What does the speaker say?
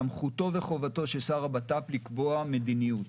סמכותו וחובתו של שר הבט"פ לקבוע מדיניות,